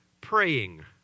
praying